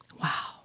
Wow